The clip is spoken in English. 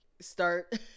start